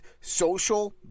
social